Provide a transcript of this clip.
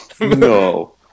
No